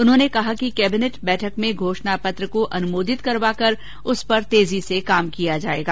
उन्होंने कहा कि कैबिनेट बैठक में घोषणा पत्र को अनुमोदित करवाकर उस पर तेजी से काम किया जाएगा